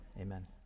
amen